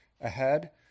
ahead